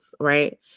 Right